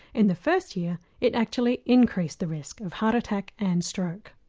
in the first year it actually increased the risk of heart attack and stroke.